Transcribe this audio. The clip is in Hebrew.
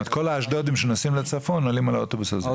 זאת אומרת כל האשדודים שנוסעים לצפון עולים על האוטובוס הזה.